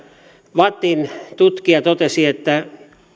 vattin tutkija totesi että